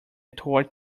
torch